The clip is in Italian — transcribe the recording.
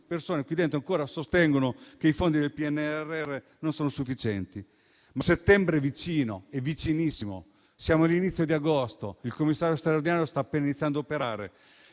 persone in quest'Aula ancora sostengono che i fondi del PNRR non sono sufficienti. Tuttavia settembre è vicinissimo, siamo all'inizio di agosto, il commissario straordinario sta iniziando a operare